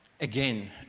again